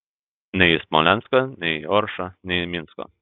nei į smolenską nei į oršą nei į minską